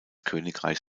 königreich